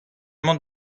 mont